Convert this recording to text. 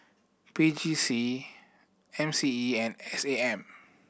P J C M C E and S A M